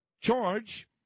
charge